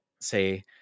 say